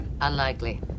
Unlikely